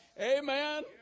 Amen